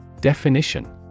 Definition